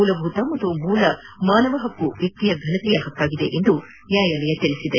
ಮೂಲಭೂತ ಹಾಗೂ ಮೂಲ ಮಾನವ ಹಕ್ಕು ವ್ಯಕ್ತಿಯ ಘನತೆಯ ಹಕ್ಕಾಗಿದೆ ಎಂದು ನ್ಯಾಯಾಲಯ ಹೇಳಿದೆ